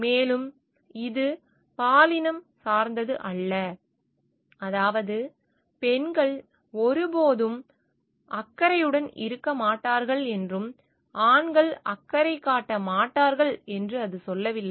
மேலும் இது பாலினம் சார்ந்தது அல்ல அதாவது பெண்கள் ஒருபோதும் அக்கறையுடன் இருக்க மாட்டார்கள் மற்றும் ஆண்கள் அக்கறை காட்ட மாட்டார்கள் என்று அது சொல்லவில்லை